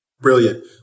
Brilliant